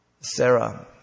Sarah